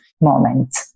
moment